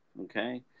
Okay